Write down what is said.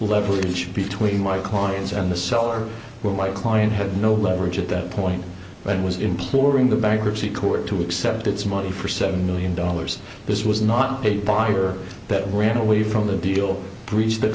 leverage between my clients and the seller will likely and had no leverage at that point one was imploring the bankruptcy court to accept its money for seven million dollars this was not a buyer that ran away from the deal breached the